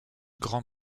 grand